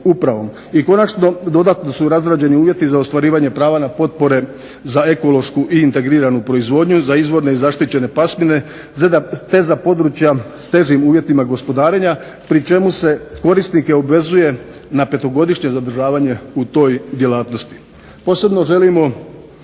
I konačno, dodatno su razrađeni uvjeti za ostvarivanje prava na potpore za ekološku i integriranu proizvodnju, za izvorne i zaštićene pasmine, te za područja s težim uvjetima gospodarenja pri čemu se korisnike obvezuje na petogodišnje zadržavanje u toj djelatnosti.